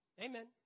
Amen